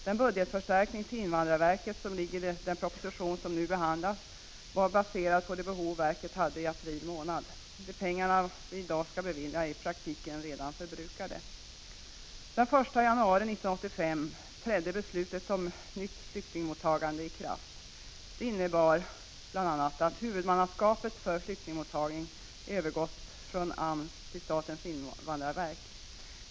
Den budgetförstärkning till invandrarverket som föreslås i den proposition vi nu behandlar är baserad på de behov som verket hade i april månad. De pengar som vi i dag skall bevilja är i praktiken redan förbrukade. Den 1 januari 1985 trädde det nya beslutet om flyktingmottagande i kraft. Det innebar bl.a. att huvudmannaskapet för flyktingmottagning har övergått från AMS till statens invandrarverk.